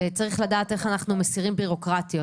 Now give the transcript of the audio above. וצריך לדעת איך אנחנו מסירים ביורוקרטיות